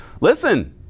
Listen